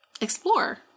explore